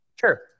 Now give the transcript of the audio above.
Sure